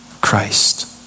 Christ